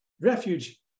refuge